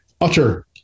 Utter